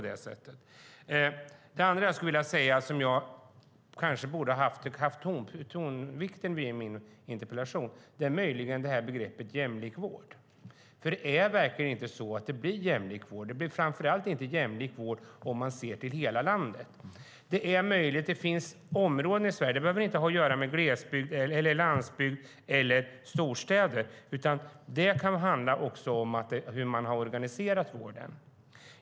Det andra jag skulle vilja ta upp, och som jag kanske skulle ha lagt tonvikten på i min interpellation, är begreppet jämlik vård. Det är verkligen inte en jämlik vård. Framför allt är vården inte jämlik om vi ser till hela landet. Det behöver inte ha att göra med landsbygd eller storstad, utan det kan handla om hur man har organiserat vården.